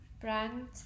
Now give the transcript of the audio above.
brand